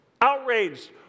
outraged